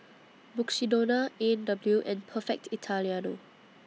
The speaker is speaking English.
Mukshidonna A and W and Perfect Italiano